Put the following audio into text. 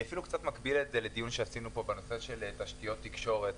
אני אפילו קצת מקביל את זה לדיון שעשינו פה בנושא של תשתיות תקשורת.